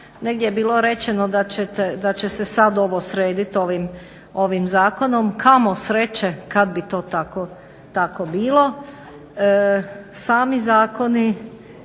negdje je bilo rečeno da će se sad ovo sredit ovim zakonom. Kamo sreće kad bi to tako bilo. Sami zakoni